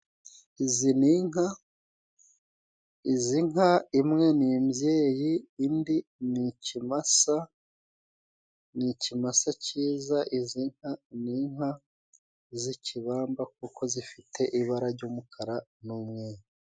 Izi ni nka, izi nka imwe ni imbyeyi, indi ni ikimasa, ni ikimasa cyiza, izi nka ni inka z'ikibamba kuko zifite ibara ry'umukara n'umweru.